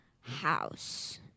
house